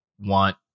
want